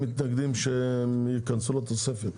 למה אתם מתנגדים שהם ייכנסו לתוספת?